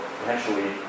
potentially